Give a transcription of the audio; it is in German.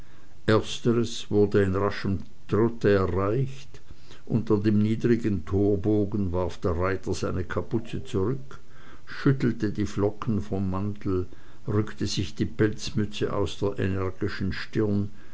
ersteres wurde in raschem trotte erreicht unter dem niedrigen torbogen warf der reiter seine kapuze zurück schüttelte die flocken vom mantel rückte sich die pelzmütze aus der energischen stirn